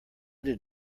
did